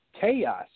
chaos